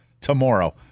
tomorrow